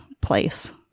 place